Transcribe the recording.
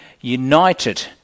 united